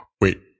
Wait